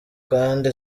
kandi